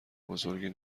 بزرگی